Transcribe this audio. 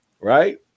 right